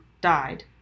died